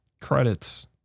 credits